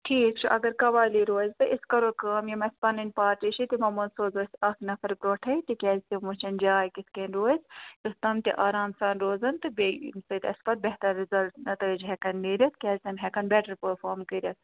ٹھیٖک چھُ اَگر قوالی روزِ تہٕ أسۍ کَرو کٲم یِم اَسہِ پَنٕنۍ پارٹی چھِ تِمو منٛزٕ سوزو أسۍ اکھ نَفر برٛوٗنٹھٕے تِکیٛازِ تِم وُچھَن جاے کِتھٕ کٔنۍ روزِ یُتھ تِم تہِ آرام سان روزن تہٕ بیٚیہِ ییٚمہِ سٍتۍ اَسہِ پَتہٕ بہتر رِزلٹہٕ نَتایج ہیٚکَن میٖلتھ کیٛازِ تِم ہیٚکَن بیٹٚر پٔرفارم کٔرِتھ